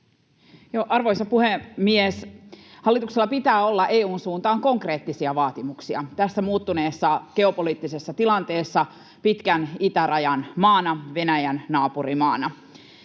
Arvoisa puhemies! Hallituksella pitää olla EU:n suuntaan konkreettisia vaatimuksia tässä muuttuneessa geopoliittisessa tilanteessa pitkän itärajan maana, Venäjän naapurimaana.